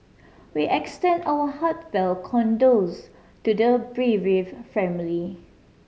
we extend our heartfelt condols to the bereave family